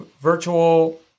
virtual